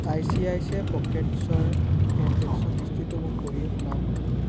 I C I C I পকেটছ্ৰ transaction হিষ্ট্ৰীটো মোক পঢ়ি শুনাওক